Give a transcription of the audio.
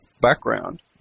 background